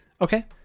Okay